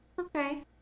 okay